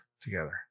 together